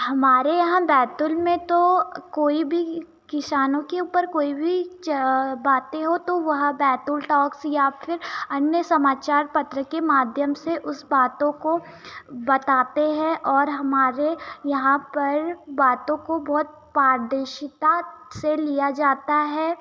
हमारे यहाँ बैतूल में तो कोई भी किसानों के ऊपर कोई भी बातें हो तो वहाँ बैतूल टॉक्स या फिर अन्य समाचार पत्र के माध्यम से उस बातों को बताते हैं और हमारे यहाँ पर बातों को बहुत पारदर्शिता से लिया जाता है